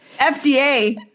FDA